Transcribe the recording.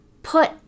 put